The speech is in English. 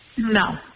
No